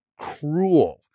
cruel